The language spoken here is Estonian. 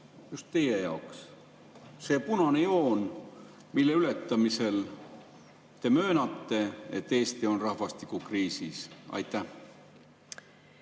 just teie jaoks – see punane joon, mille ületamisel te möönate, et Eesti on rahvastikukriisis? Aitäh,